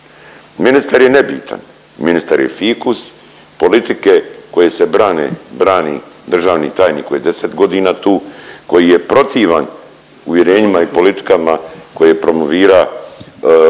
Ministar je nebitan, ministar je fikus politike koje se brane, brani državni tajnik koji je 10.g. tu, koji je protivan uvjerenjima i politikama koje promovira ovaj